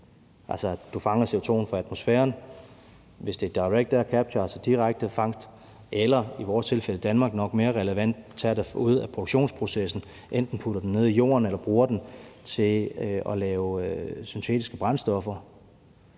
altså at du fanger CO2'en fra atmosfæren, hvis det er Direct Air Capture, altså direkte fangst, eller i vores tilfælde, i Danmark, er det nok mere relevant at tage det ud af produktionsprocessen og enten putte den ned i jorden eller bruge den til at lave syntetiske brændstoffer,